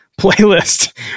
playlist